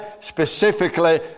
specifically